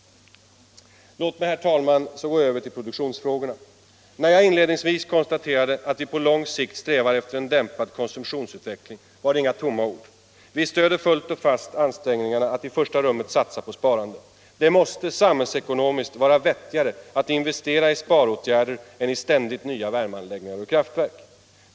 Låt mig, herr talman, gå över till produktionsfrågorna. När jag inledningsvis konstaterade att vi på lång sikt strävar efter en dämpad konsumtionsutveckling var det inte tomma ord. Vi stöder fullt och fast ansträngningarna att i första rummet satsa på sparande. Det måste samhällsekonomiskt vara vettigare att investera i sparåtgärder än i ständigt nya värmeanläggningar och kraftverk.